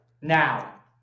Now